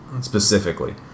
specifically